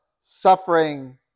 suffering